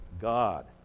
God